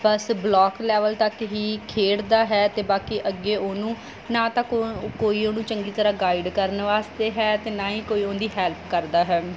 ਬਸ block level ਤੱਕ ਹੀ ਖੇਡਦਾ ਹੈ ਅਤੇ ਬਾਕੀ ਅੱਗੇ ਉਹਨੂੰ ਨਾ ਤਾਂ ਕੋ ਕੋਈ ਉਹਨੂੰ ਚੰਗੀ ਤਰ੍ਹਾਂ ਗਾਈਡ ਕਰਨ ਵਾਸਤੇ ਹੈ ਅਤੇ ਨਾ ਹੀ ਕੋਈ ਉਹਦੀ ਹੈਲਪ ਕਰਦਾ ਹੈ